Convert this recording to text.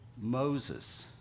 Moses